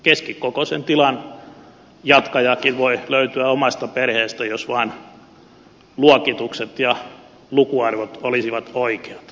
keskikokoisen tilan jatkajakin voi löytyä omasta perheestä jos vaan luokitukset ja lukuarvot olisivat oikeat